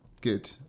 Good